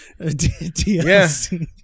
DLC